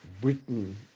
britain